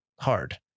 hard